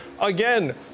again